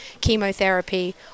chemotherapy